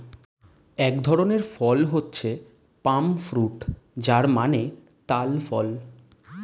এক ধরনের ফল হচ্ছে পাম ফ্রুট যার মানে তাল ফল